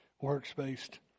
works-based